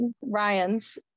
Ryan's